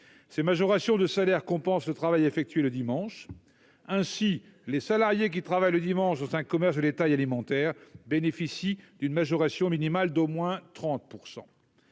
Ces majorations de salaire compensent le travail effectué le dimanche. Ainsi les salariés qui travaillent le dimanche dans un commerce de détail alimentaire bénéficient-ils d'une majoration minimale d'au moins 30 %.